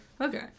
okay